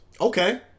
Okay